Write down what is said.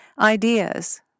ideas